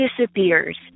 disappears